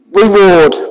reward